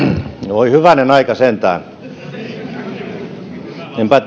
voi hyvänen aika sentään enpä